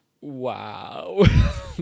wow